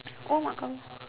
oh mak kau